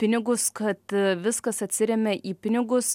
pinigus kad viskas atsiremia į pinigus